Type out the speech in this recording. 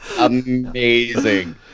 amazing